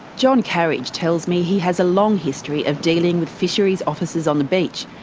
john carriage tells me he has a long history of dealing with fisheries officers on the beach,